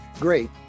Great